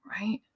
Right